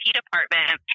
department